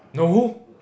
no